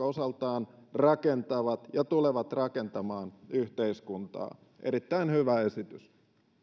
osaltaan rakentaa ja tulee rakentamaan yhteiskuntaa erittäin hyvä esitys